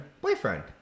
boyfriend